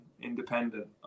independent